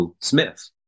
Smith